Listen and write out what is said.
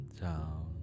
down